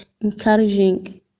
encouraging